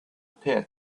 pit